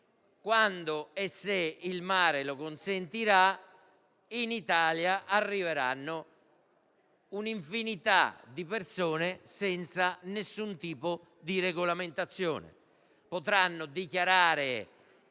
Quando e se il mare lo consentirà, in Italia arriverà un'infinità di persone, senza alcun tipo di regolamentazione;